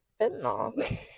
fentanyl